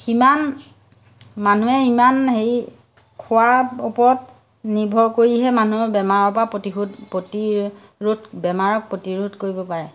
সিমান মানুহে ইমান হেৰি খোৱাৰ ওপৰত নিৰ্ভৰ কৰিহে মানুহৰ বেমাৰৰ পৰা প্ৰতিশোধ প্ৰতিৰোধ বেমাৰক প্ৰতিৰোধ কৰিব পাৰে